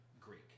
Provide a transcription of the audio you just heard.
Greek